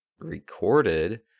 recorded